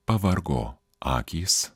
pavargo akys